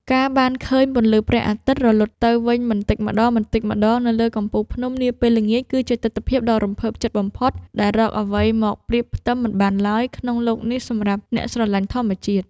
ការបានឃើញពន្លឺព្រះអាទិត្យរលត់ទៅវិញបន្តិចម្ដងៗនៅលើកំពូលភ្នំនាពេលល្ងាចគឺជាទិដ្ឋភាពដ៏រំភើបចិត្តបំផុតដែលរកអ្វីមកប្រៀបផ្ទឹមមិនបានឡើយក្នុងលោកនេះសម្រាប់អ្នកស្រឡាញ់ធម្មជាតិ។